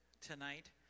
tonight